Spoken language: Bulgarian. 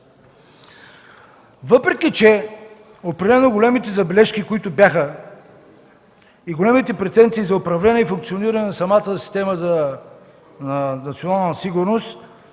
Въпреки големите забележки, които бяха, и големите претенции за управление и функциониране на самата система за национална сигурност,